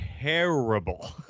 terrible